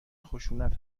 خشونت